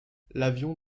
l’avion